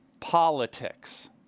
Politics